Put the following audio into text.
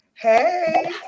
Hey